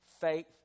Faith